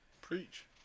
Preach